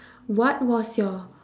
what was your